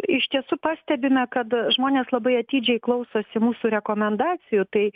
iš tiesų pastebime kad žmonės labai atidžiai klausosi mūsų rekomendacijų tai